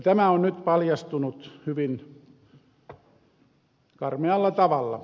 tämä on nyt paljastunut hyvin karmealla tavalla